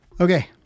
Okay